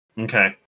Okay